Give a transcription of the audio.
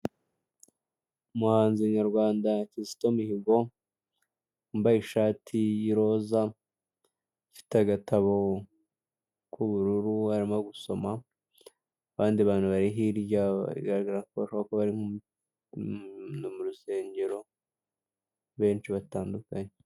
Umuhanzi nyarwanda Kizito Mihigo wambaye ishati y'iroza ufite agatabo k'ubururu arimo gusoma, abandi bantu bari hirya bigaragara ko bari mu rusengero benshi batandukanye.